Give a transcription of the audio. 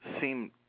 seem